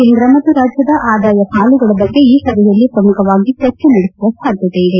ಕೇಂದ್ರ ಮತ್ತು ರಾಜ್ಯದ ಆದಾಯ ಪಾಲುಗಳ ಬಗ್ಗೆ ಈ ಸಭೆಯಲ್ಲಿ ಶ್ರಮುಖವಾಗಿ ಚರ್ಚೆ ನಡೆಸುವ ಸಾಧ್ವತೆ ಇದೆ